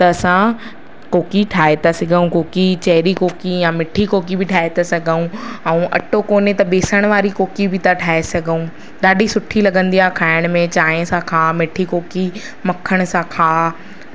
त असां कोकी ठाहे था सघूं कोकी चेरी कोकी या मिठी कोकी बि ठाहे था सघूं ऐं अटो कोन्हे त बेसण वारी कोकी बि था ठाहे सघूं ॾाढी सुठी लगंदी आहे खाइण में चांहिं सां खा मिठी कोकी मख़ण सां खा